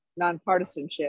nonpartisanship